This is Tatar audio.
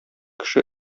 кеше